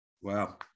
Wow